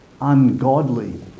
ungodly